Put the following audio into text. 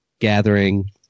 gathering